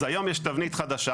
אז היום יש תבנית חדשה.